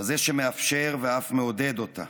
כזה שמאפשר ואף מעודד אותה,